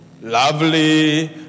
Lovely